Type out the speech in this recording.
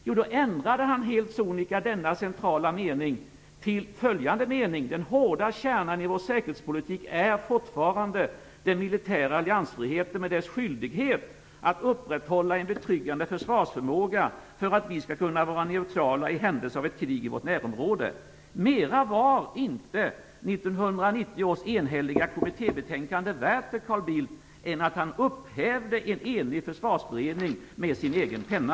Han ändrade helt sonika denna centrala mening till följande: Den hårda kärnan i vår säkerhetspolitik är fortfarande den militära alliansfriheten med dess skyldighet att upprätthålla en betryggande försvarsförmåga för att vi skall kunna vara neutrala i händelse av ett krig i vårt närområde. Mera var inte 1990 års enhälliga kommittébetänkande värt för Carl Bildt än att han upphävde en enig försvarsberednings uttalande med sin egen penna.